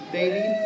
baby